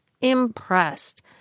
impressed